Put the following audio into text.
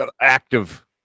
Active